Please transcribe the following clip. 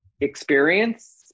experience